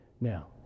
Now